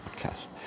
podcast